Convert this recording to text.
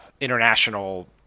international